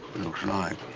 looks like.